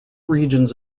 regions